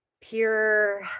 pure